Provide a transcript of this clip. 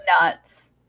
Nuts